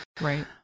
right